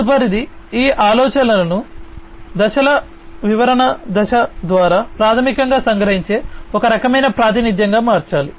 తదుపరిది ఈ ఆలోచనను దశల వివరణ దశ ద్వారా ప్రాథమికంగా సంగ్రహించే ఒక రకమైన ప్రాతినిధ్యంగా మార్చాలి